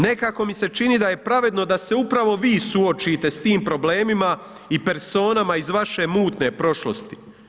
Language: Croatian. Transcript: Nekako mi se čini da je pravedno da se upravo vi suočite s tim problemima i personama iz vaše mutne prošlosti.